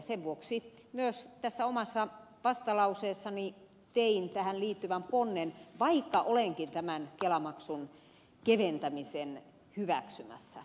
sen vuoksi myös omassa vastalauseessani tein tähän liittyvän ponnen vaikka olenkin tämän kelamaksun keventämisen hyväksymässä